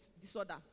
disorder